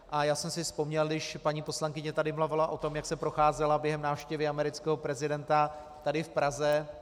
A já jsem si vzpomněl, když paní poslankyně tady mluvila o tom, jak se procházela během návštěvy amerického prezidenta tady v Praze...